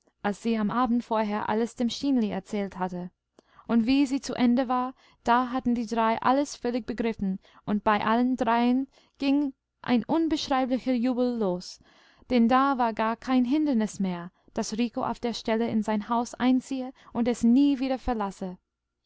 als sie am abend vorher alles dem stineli erzählt hatte und wie sie zu ende war da hatten die drei alles völlig begriffen und bei allen dreien ging ein unbeschreiblicher jubel los denn da war gar kein hindernis mehr daß rico auf der stelle in sein haus einziehe und es nie wieder